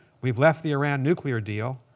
we've left the iran nuclear deal.